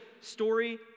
story